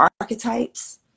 archetypes